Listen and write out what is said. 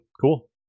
cool